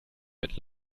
mit